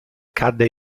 cadde